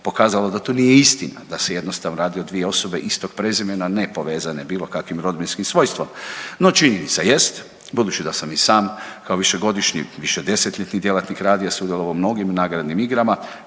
da to nije istina, da se jednostavno radi o dvije osobe istog prezimena ne povezane bilo kakvim rodbinskim svojstvom. No činjenica jest budući da sam i sam kao višegodišnji višedesetljetni djelatnik radija sudjelovao u mnogim nagradnim igrama